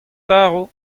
tarv